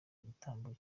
gitambo